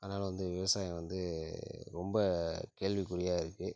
அதனால் வந்து விவசாயம் வந்து ரொம்ப கேள்விக்குறியாக இருக்கு